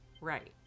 Right